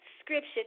scripture